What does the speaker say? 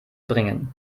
bringen